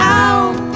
out